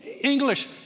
English